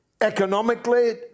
economically